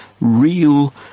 real